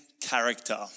character